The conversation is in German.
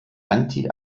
anti